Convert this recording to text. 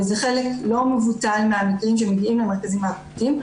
וזה חלק לא מבוטל מהמקרים שמגיעים למרכזים האקוטיים,